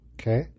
Okay